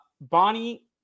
Bonnie